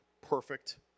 perfect